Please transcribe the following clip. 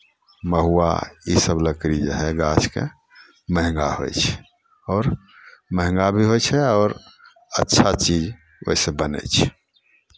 महुआ इसभ लकड़ी जे हइ गाछके महंगा होइ छै आओर महंगा भी होइ छै आओर अच्छा चीज ओहिसँ बनै छै